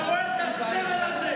אתה רואה את הזבל הזה?